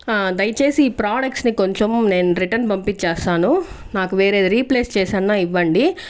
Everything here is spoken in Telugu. ఆ దయచేసి ఈ ప్రొడక్ట్స్ని కొంచం నేను రిటర్న్ పంపిచ్చేస్తాను నాకు వేరేది రీప్లేస్ చేసన్నా ఇవ్వండి